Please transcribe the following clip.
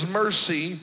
mercy